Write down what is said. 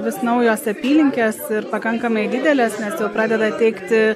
vis naujos apylinkės pakankamai didelės nes jau pradeda teikti